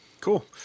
Cool